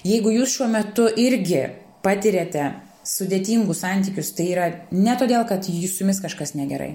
jeigu jūs šiuo metu irgi patiriate sudėtingus santykius tai yra ne todėl kad su jumis kažkas negerai